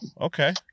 okay